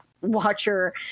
watcher